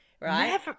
right